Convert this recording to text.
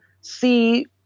see